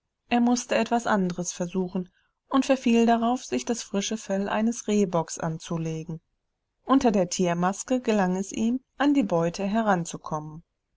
er mußte etwas anderes versuchen und verfiel darauf sich das frische fell eines rehbocks anzulegen unter der tiermaske gelang es ihm an die beute heranzukommen